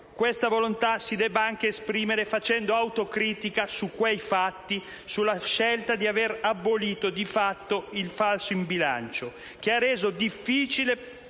questa volontà si debba anche esprimere facendo autocritica su quei fatti, sulla scelta di avere abolito di fatto il falso in bilancio, che ha reso meno difficile